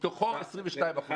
מתוכו 22% לפטור.